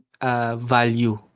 value